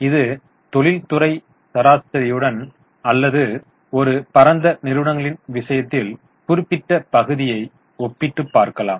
இது தொழில்துறை சராசரியுடன் அல்லது ஒரு பரந்த நிறுவனங்களின் விஷயத்தில் குறிப்பிட்ட பகுதியை ஒப்பிட்டு பார்க்கலாம்